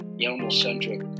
animal-centric